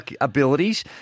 abilities